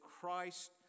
Christ